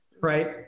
right